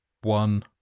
one